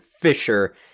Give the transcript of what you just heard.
fisher